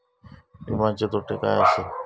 विमाचे तोटे काय आसत?